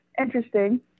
interesting